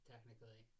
Technically